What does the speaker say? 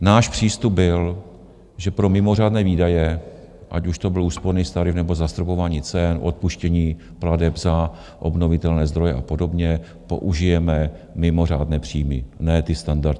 Náš přístup byl, že pro mimořádné výdaje, ať už to byl úsporný tarif, nebo zastropování cen, odpuštění plateb za obnovitelné zdroje a podobně, použijeme mimořádné příjmy, ne ty standardní.